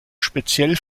speziell